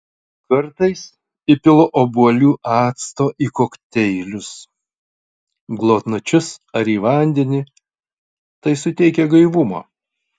kartais įpilu obuolių acto į kokteilius glotnučius ar į vandenį tai suteikia gaivumo